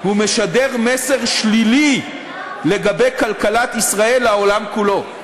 הוא משדר מסר שלילי לגבי כלכלת ישראל לעולם כולו.